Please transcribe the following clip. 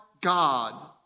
God